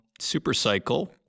supercycle